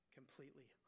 completely